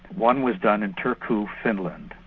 one was done in turku finland,